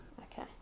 okay